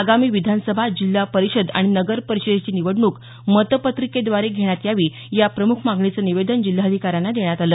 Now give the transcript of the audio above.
आगामी विधानसभा जिल्हा परिषद आणि नगरपरिषदेची निवडणूक मतपत्रिकेद्वारे घेण्यात यावी या प्रम्ख मागणीचं निवेदन जिल्हाधिकाऱ्यांना देण्यात आलं